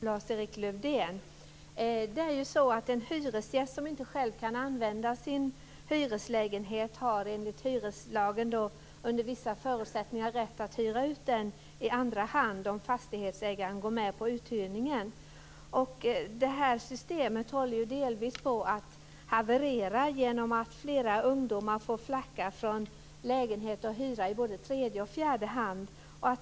Herr talman! Jag skulle vilja ställa en fråga till statsrådet Lars-Erik Lövdén. En hyresgäst som inte själv kan använda sin hyreslägenhet har enligt hyreslagen under vissa förutsättningar rätt att hyra ut den i andra hand om fastighetsägaren går med på uthyrningen. Detta system håller ju delvis på att haverera genom att flera ungdomar får flacka från lägenhet till lägenhet och hyra i både tredje och fjärde hand.